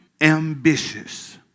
ambitious